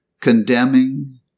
condemning